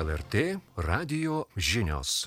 lrt radijo žinios